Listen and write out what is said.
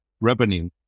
revenue